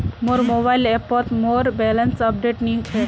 मोर मोबाइल ऐपोत मोर बैलेंस अपडेट नि छे